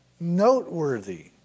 noteworthy